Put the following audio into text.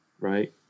right